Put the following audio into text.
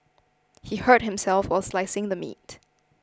he hurt himself while slicing the meat